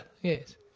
yes